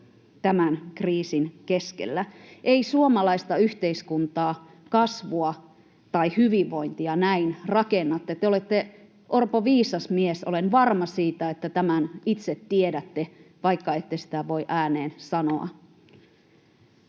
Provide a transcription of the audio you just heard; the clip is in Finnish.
on käsittämätöntä. Ei suomalaista yhteiskuntaa, kasvua tai hyvinvointia näin rakenneta. Te olette, Orpo, viisas mies. Olen varma siitä, että tämän itse tiedätte, vaikka ette sitä voi ääneen sanoa.